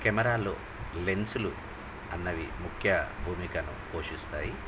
కెమెరాలో లెన్సులు అనేవి ముఖ్య భూమికను పోషిస్తాయి